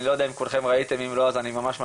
אני לא יודע אם כולכם ראיתם, אם לא אני ממש ממליץ.